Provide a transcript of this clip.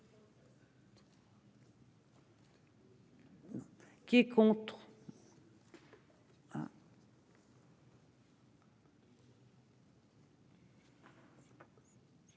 Qui est contre